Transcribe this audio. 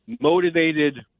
motivated